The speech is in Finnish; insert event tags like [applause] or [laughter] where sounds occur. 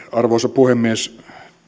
[unintelligible] arvoisa puhemies